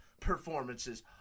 performances